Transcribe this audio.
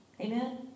Amen